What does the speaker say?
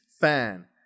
fan